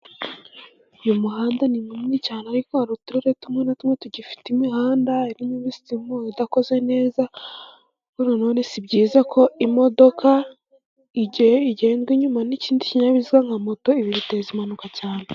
Uyu muhanda ni munini cyane ariko hari uturere tumwe na tumwe tugifite imihanda, irimo ibisimu, idakoze neza ariko nanone si byiza ko imodoka igendwa inyuma n'ikindi kinyabiziga nka moto, ibi biteza impanuka cyane.